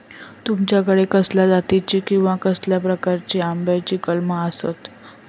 तुमच्याकडे कसल्या जातीची किवा कसल्या प्रकाराची आम्याची कलमा आसत?